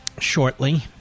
Shortly